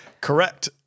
Correct